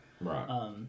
Right